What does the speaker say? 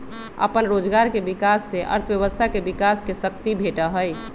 अप्पन रोजगार के विकास से अर्थव्यवस्था के विकास के शक्ती भेटहइ